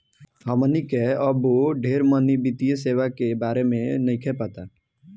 हमनी के अबो ढेर मनी वित्तीय सेवा के बारे में नइखे पता